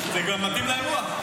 זה גם מתאים לאירוע.